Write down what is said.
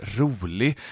rolig